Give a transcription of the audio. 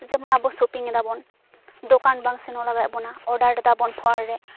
ᱡᱮᱢᱚᱱ ᱟᱵᱚ ᱥᱚᱯᱤᱝ ᱮᱫᱟ ᱵᱚᱱ ᱫᱚᱠᱟᱱ ᱵᱟᱝ ᱥᱮᱱᱚᱜ ᱞᱟᱜᱟᱣᱮᱫ ᱵᱚᱱᱟ ᱚᱰᱟᱨ ᱫᱟᱵᱚᱱ ᱯᱷᱳᱱ ᱨᱮ